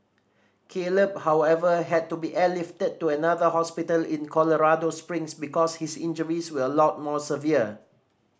Caleb however had to be airlifted to another hospital in Colorado Springs because his injuries were a lot more severe